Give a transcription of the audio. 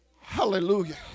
Hallelujah